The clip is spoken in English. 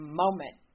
moment